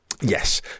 yes